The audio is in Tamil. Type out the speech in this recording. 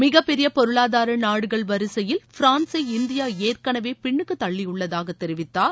மிகப்பெரிய பொருளாதார நாடுகள் வரிசையில் பிரான்ஸை இந்தியா ஏற்கனவே பின்னுக்கு தள்ளியுள்ளதாக தெரிவித்தார்